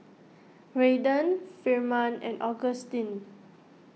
Raiden Firman and Augustine